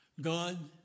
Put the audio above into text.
God